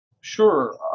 Sure